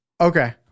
okay